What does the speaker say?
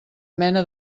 mena